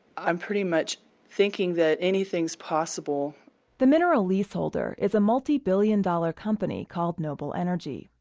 i'm pretty much thinking that anything's possible the mineral leaseholder is a multi-billion-dollar company called noble energy.